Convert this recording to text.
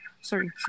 sorry